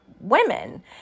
women